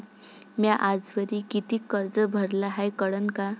म्या आजवरी कितीक कर्ज भरलं हाय कळन का?